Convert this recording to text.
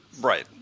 right